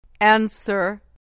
Answer